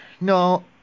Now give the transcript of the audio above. No